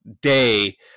day